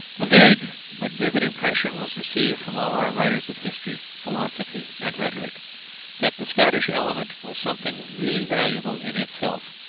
a vague, but vivid impression was received from all our writers of history, philosophy, and rhetoric that the scottish element was something really valuable in itself,